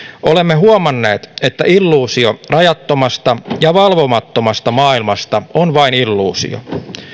olemme huomanneet että illuusio rajattomasta ja valvomattomasta maailmasta on vain illuusio